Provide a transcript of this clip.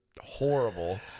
horrible